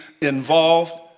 involved